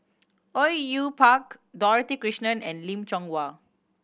Au Yue Pak Dorothy Krishnan and Lim Chong Yah